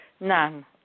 None